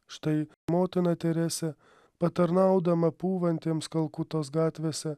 štai motina teresė patarnaudama pūvantiems kalkutos gatvėse